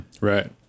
Right